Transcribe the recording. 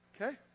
Okay